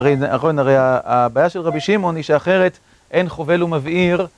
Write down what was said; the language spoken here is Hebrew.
נכון, הרי הבעיה של רבי שמעון היא שאחרת אין חובל ומבעיר.